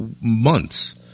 months